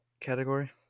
category